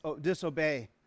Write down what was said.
disobey